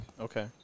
Okay